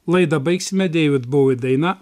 laidą baigsime deivid būvi daina